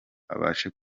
abashe